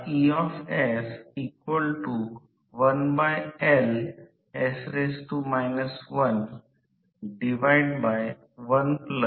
म्हणूनच असे दिसून आले आहे की रोटर प्रवाहची वारंवारता प्रेरित emf आहे आणि प्रतिक्रिय सर्व स्लिप च्या थेट प्रमाणात बदलतात